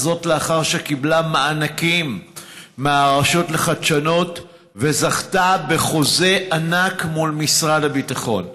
לאחר שקיבלה מענקים מהרשות לחדשנות וזכתה בחוזה ענק מול משרד הביטחון.